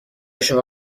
شما